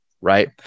right